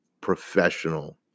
professional